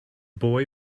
boy